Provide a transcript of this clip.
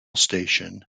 station